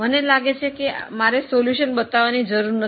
મને લાગે છે કે મારે ઉકેલ બતાવવાની જરૂર નથી